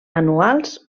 anuals